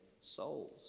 souls